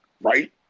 Right